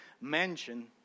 mansion